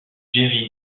jerry